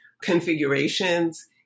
configurations